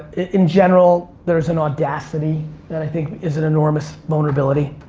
in general, there's an audacity that i think is an enormous vulnerability.